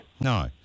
No